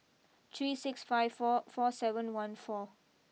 three six five four four seven one four